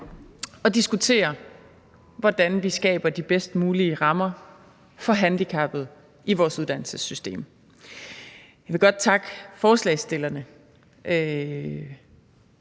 at diskutere, hvordan vi skaber de bedst mulige rammer for handicappede i vores uddannelsessystem. Jeg vil godt takke forslagsstillerne